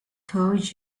told